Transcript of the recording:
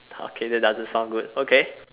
okay that doesn't sound good okay